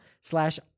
slash